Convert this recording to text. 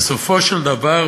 בסופו של דבר,